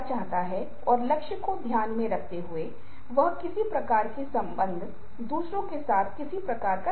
यह आदमी आक्रामक नहीं लगता है लेकिन अपनी नाखुशी को प्रदर्शित करते हुए इस तथ्य पर जोर देता है कि ऐसा क्यों है कि एक सफेद महिला एक काले चर्च के अंदर है